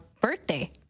birthday